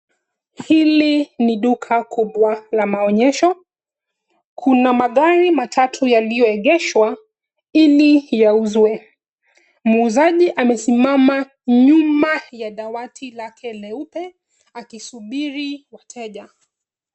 Hili ni duka kubwa la maonyesho, kuna magari matatu yaliyoegeshwa ili yauzwe. Muuzaji amesimama nyuma ya dawati lake leupe akisubiri wateja.